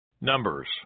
Numbers